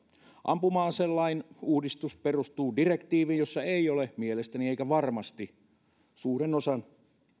ampuma aselain uudistus perustuu direktiiviin jossa ei ole minun mielestäni eikä varmasti harrastajista suuren osan